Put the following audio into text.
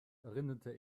erinnerte